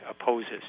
opposes